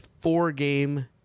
four-game